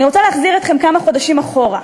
אני רוצה להחזיר אתכם כמה חודשים אחורה,